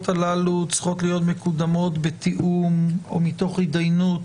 הללו צריכות להיות מקודמות בתיאום או מתוך התדיינות